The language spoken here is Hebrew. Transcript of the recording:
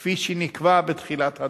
כפי שנקבע בתחילת הדרך,